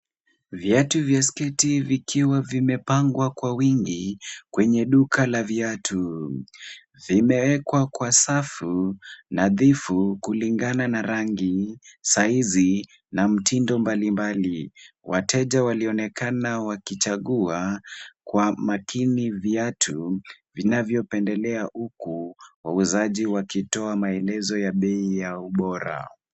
Viatu vya sketi vikiwa vimepangwa kwa wingi kwenye duka la viatu. Vimewekwa kwa safu nadhifu kulingana na rangi, size na mtindo mbali mbali. Wateja walionekana wakichagua kwa makini viatu vinavyopendelea huku wauzaji wakitoa maelezo ya bei ya ubora.